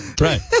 Right